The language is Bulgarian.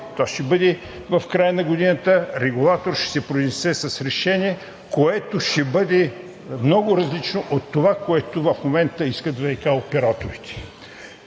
това ще бъде в края на годината, регулаторът ще се произнесе с решение, което ще бъде много различно от това, което в момента искат ВиК операторите.